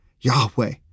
Yahweh